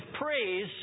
praise